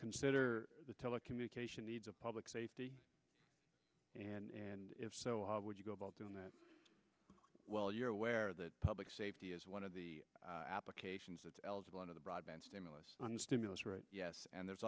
consider the telecommunication needs of public safety and if so how would you go about doing that well you're aware that public safety is one of the applications that's eligible under the broadband stimulus on the stimulus right yes and there's